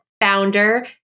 founder